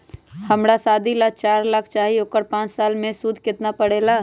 हमरा शादी ला चार लाख चाहि उकर पाँच साल मे सूद कितना परेला?